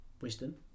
wisdom